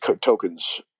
tokens